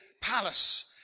palace